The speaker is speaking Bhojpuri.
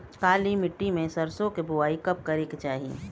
काली मिट्टी में सरसों के बुआई कब करे के चाही?